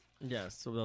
Yes